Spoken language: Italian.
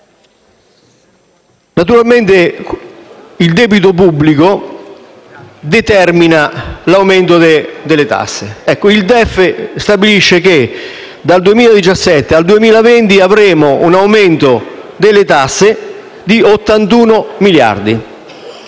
Naturalmente, il debito pubblico determina l'aumento delle tasse. Il DEF stabilisce che dal 2017 al 2020 avremo un aumento delle tasse di 81 miliardi.